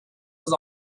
are